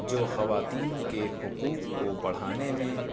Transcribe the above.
جوا خواتین کے حقوق کو بڑھانے میں